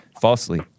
falsely